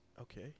okay